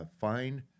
find